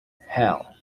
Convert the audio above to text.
hell